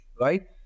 right